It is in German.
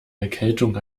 erkältung